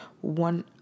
one